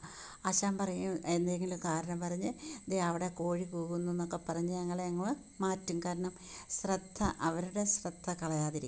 ആശാൻ പറയും എന്തെങ്കിലും കാരണം പറഞ്ഞ് ദേ അവിടെ കോഴി കൂവുന്നു എന്നൊക്കെ പറഞ്ഞ് ഞങ്ങളങ്ങ് മാറ്റും കാരണം ശ്രദ്ധ അവരുടെ ശ്രദ്ധ കളയാതിരിക്കാൻ